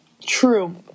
True